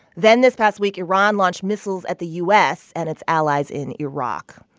then this past week, iran launched missiles at the u s. and its allies in iraq.